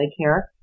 Medicare